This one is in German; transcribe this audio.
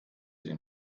sie